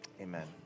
Amen